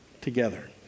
together